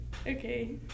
okay